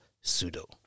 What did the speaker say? pseudo